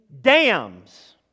dams